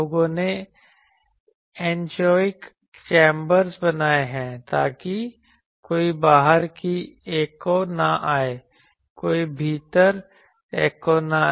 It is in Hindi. लोगों ने एनीकोएक चैंबर बनाए हैं ताकि कोई बाहर की एको न आए कोई भीतर की एको न आए